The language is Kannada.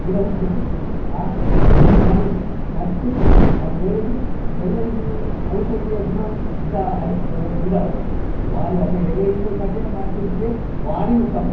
ಗಿಡ ಉಂಟು ನನ್ನ ಹತ್ತಿರ ಓಡಿ ನೆಡಿರಿ ನೆಟ್ಟು ಅದು ಬೆಳೆದು ಎಲ್ಲರಿಗೂ ಔಷಧಿಯ ಗುಣ ಉನ್ ದ ಅದು ಗಿಡ ಅದು ಭಾರಿ ಅದು ಎಲೆಯಿಂದ ಕಷಾಯ ಮಾಡಿ ಕುಡಿದರೆ ಭಾರಿ ಉತ್ತಮ